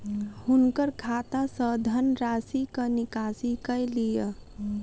हुनकर खाता सॅ धनराशिक निकासी कय लिअ